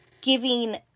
giving